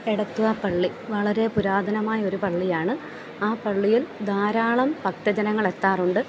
എടത്വ പള്ളി വളരെ പുരാതനമായ ഒരു പള്ളിയാണ് ആ പള്ളിയിൽ ധാരാളം ഭക്തജനങ്ങൾ എത്താറുണ്ട്